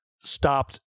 stopped